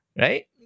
right